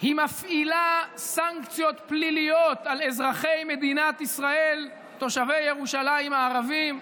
היא מפעילה סנקציות פליליות על אזרחי מדינת ישראל תושבי ירושלים הערבים,